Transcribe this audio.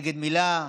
נגד מילה,